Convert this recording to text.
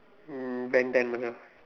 mm Ben-ten Macha